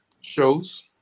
Shows